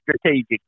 strategic